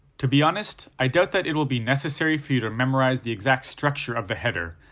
to be honest, i doubt that it will be necessary for you to memorize the exact structure of the header,